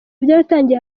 byaratangiye